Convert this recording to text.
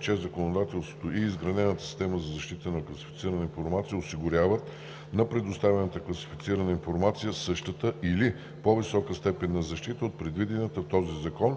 че законодателството и изградената система за защита на класифицирана информация осигуряват на предоставяната класифицирана информация същата или по-висока степен на защита от предвидената в този закон,